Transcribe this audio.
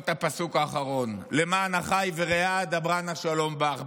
אז שנזכור גם את הפסוק האחרון: "למען אחי ורעי אדברה נא שלום בך",